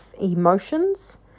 emotions